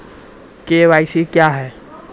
KYC क्या हैं?